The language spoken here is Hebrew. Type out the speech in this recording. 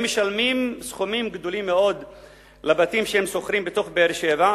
הם משלמים סכומים גדולים מאוד על הבתים שהם שוכרים בבאר-שבע.